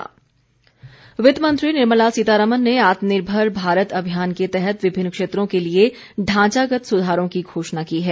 आत्मनिर्मर भारत पैकेज वित्त मंत्री निर्मला सीतारमन ने आत्मनिर्भर भारत अभियान के तहत विभिन्न क्षेत्रों के लिए ढांचागत सुधारों की घोषणा की है